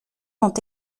ont